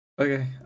Okay